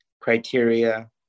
criteria